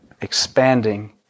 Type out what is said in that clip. expanding